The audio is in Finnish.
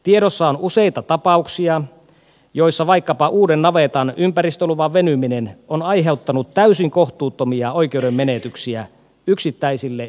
tiedossa on useita tapauksia joissa vaikkapa uuden navetan ympäristöluvan venyminen on aiheuttanut täysin kohtuuttomia oikeuden menetyksiä yksittäisille yrittäjille